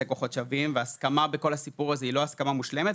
כוחות שווים והסכמה בכל הסיפור הזה היא לא הסכמה לא מושלמת,